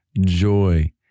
joy